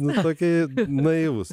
nu tokie naivūs